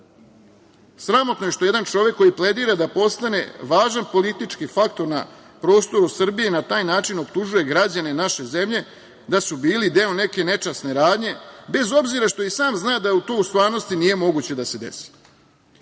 šta? Sramotno je što jedan čovek koji pledira da postane važan politički faktor na prostoru Srbije na taj način optužuje građane naše zemlje da su bili deo neke nečasne radnje, bez obzira što i sam zna da to u stvarnosti nije moguće da se desi. Morao